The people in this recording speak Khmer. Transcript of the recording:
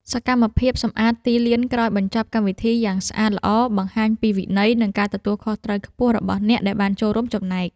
សកម្មភាពសម្អាតទីលានក្រោយបញ្ចប់កម្មវិធីយ៉ាងស្អាតល្អ បង្ហាញពីវិន័យ និងការទទួលខុសត្រូវខ្ពស់របស់អ្នកដែលបានចូលរួមចំណែក។